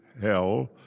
hell